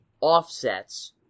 offsets